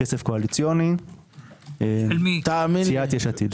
כסף קואליציוני של סיעת יש עתיד.